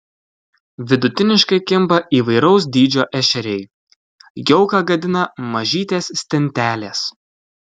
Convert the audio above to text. vidutiniškai kimba įvairaus dydžio ešeriai jauką gadina mažytės stintelės